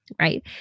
right